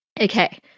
okay